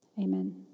Amen